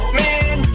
man